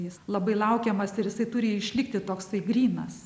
jis labai laukiamas ir jisai turi išlikti toksai grynas